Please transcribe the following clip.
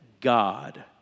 God